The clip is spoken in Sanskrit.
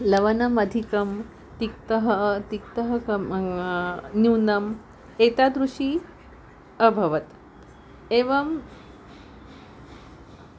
लवणम् अधिकं तिक्तः तिक्तः कं न्यूनम् एतादृशी अभवत् एवम्